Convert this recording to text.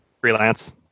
freelance